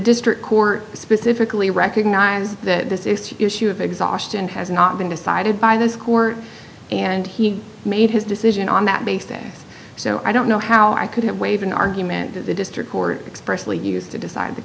district court specifically recognizes that this is issue of exhaustion has not been decided by this court and he made his decision on that base day so i don't know how i could have waived an argument that the district court expressly used to decide the